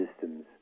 systems